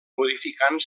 modificant